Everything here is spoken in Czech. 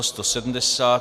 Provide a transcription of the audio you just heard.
170.